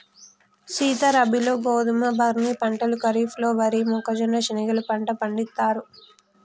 సీత రబీలో గోధువు, బార్నీ పంటలు ఖరిఫ్లలో వరి, మొక్కజొన్న, శనిగెలు పంట పండిత్తారు